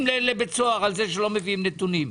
לבית סוהר על זה שלא מביאים נתונים,